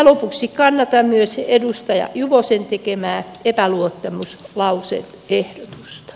lopuksi kannatan edustaja juvosen tekemää epäluottamuslause ehdotusta